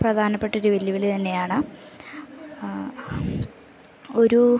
പ്രധാനപ്പെട്ട ഒരു വെല്ലുവിളി തന്നെയാണ് ആ ഒരു